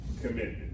commitment